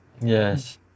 Yes